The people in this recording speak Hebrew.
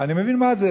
אני מבין מה זה.